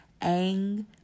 ang